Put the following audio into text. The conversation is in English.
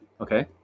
okay